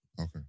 Okay